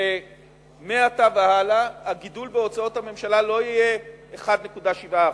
שמעתה והלאה הגידול בהוצאות הממשלה לא יהיה 1.7%,